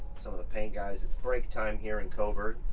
some of the paint guys. it's break time here in coburg,